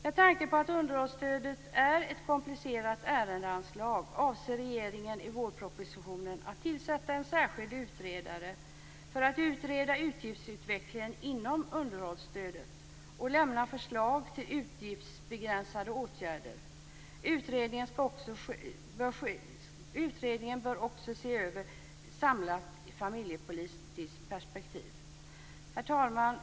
Med tanke på att underhållsstödet är ett komplicerat ärendeanslag avser regeringen i vårpropositionen att tillsätta en särskild utredare för att utreda utgiftsutvecklingen inom underhållsstödet och lämna förslag till utgiftsbegränsande åtgärder. Utredningen bör också se över detta utifrån ett samlat familjepolitiskt perspektiv. Herr talman!